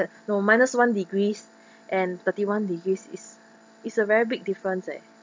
no minus one degrees and thirty one degrees is is a very big difference eh